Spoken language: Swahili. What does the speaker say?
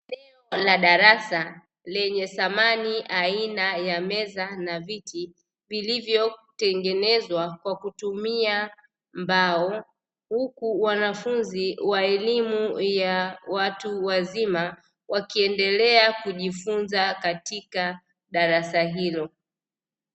Eneo la darasa lenye samani aina ya meza na viti vilivyotengenezwa kwa kutumia mbao. Huku wanafunzi wa elimu ya watu wazima wakiendelea kujifunza katika darasa hilo.